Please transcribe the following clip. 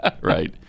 Right